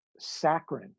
saccharin